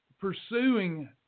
pursuing